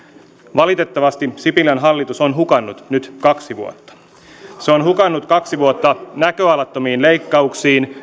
valitettavasti sipilän hallitus on hukannut nyt kaksi vuotta se on hukannut kaksi vuotta näköalattomiin leikkauksiin